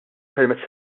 permezz